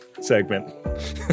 segment